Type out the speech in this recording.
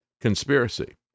conspiracy